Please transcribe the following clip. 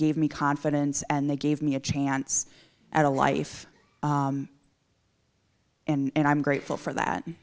gave me confidence and they gave me a chance at a life and i'm grateful for that